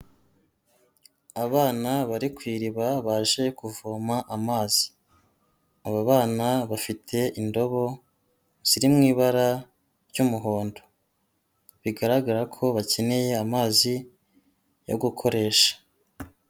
Abana bari ku iriba baje kuvoma amazi, aba bana bafite indobo ziri mu ibara ry'umuhondo, bigaragara ko bakeneye amazi yo gukoresha.